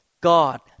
God